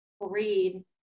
read